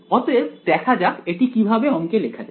অতএব দেখা যাক এটি কিভাবে অংকে লেখা যায়